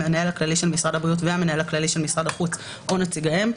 המנהל הכללי של משרד הבריאות והמנהל הכללי של משרד החוץ או נציגיהם,